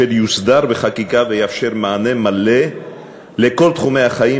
יש להסדירו בחקיקה שתאפשר מענה מלא בכל תחומי החיים,